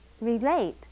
relate